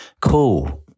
Cool